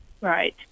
right